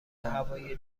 هوایی